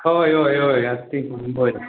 हय हय हय बरोबर